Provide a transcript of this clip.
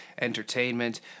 Entertainment